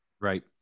Right